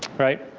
right.